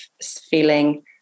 feeling